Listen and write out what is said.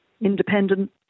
independent